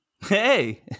Hey